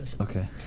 Okay